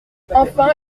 enfin